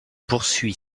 poursuit